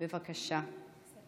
בבקשה.